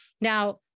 Now